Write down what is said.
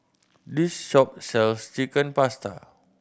this shop sells Chicken Pasta